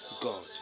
God